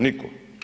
Nitko.